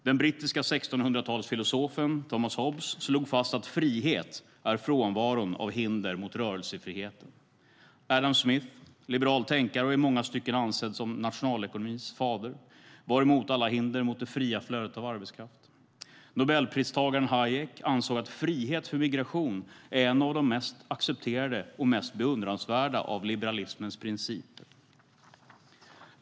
Den brittiska 1600-talsfilosofen Thomas Hobbes slog fast att frihet är frånvaron av hinder mot rörelsefriheten. Adam Smith, liberal tänkare och i många stycken ansedd som nationalekonomins fader, var emot alla hinder mot det fria flödet av arbetskraft. Nobelpristagaren von Hayek ansåg att frihet för migration är en av de mest accepterade och mest beundransvärda av liberalismens principer.